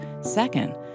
Second